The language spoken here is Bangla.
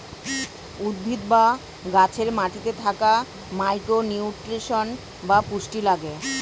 উদ্ভিদ বা গাছে মাটিতে থাকা মাইক্রো নিউট্রিয়েন্টস বা পুষ্টি লাগে